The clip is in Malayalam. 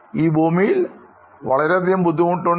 ഈ ഭൂമിയിൽ വളരെയധികം ബുദ്ധിമുട്ടുണ്ട്